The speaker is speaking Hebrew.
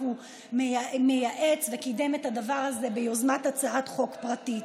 הוא קידם את הדבר הזה ביוזמת הצעת חוק פרטית.